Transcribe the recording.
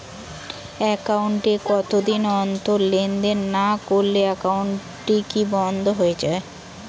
Account এ কতদিন অন্তর লেনদেন না করলে একাউন্টটি কি বন্ধ হয়ে যাবে?